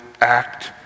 act